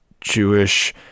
Jewish